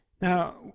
Now